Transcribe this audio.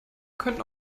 können